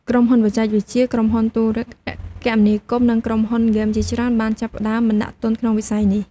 ក្រុមហ៊ុនបច្ចេកវិទ្យា ក្រុមហ៊ុនទូរគមនាគមន៍ និងក្រុមហ៊ុនហ្គេមជាច្រើនបានចាប់ផ្ដើមបណ្ដាក់ទុនក្នុងវិស័យនេះ។